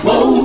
Whoa